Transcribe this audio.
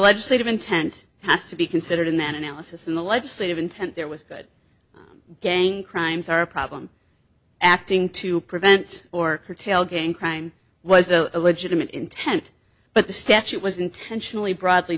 legislative intent has to be considered in that analysis in the legislative intent there was good gang crimes are a problem acting to prevent or curtail gang crime was a legitimate intent but the statute was intentionally broadly